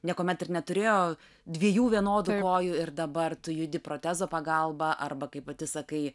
niekuomet ir neturėjo dviejų vienodų kojų ir dabar tu judi protezo pagalba arba kaip pati sakai